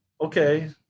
okay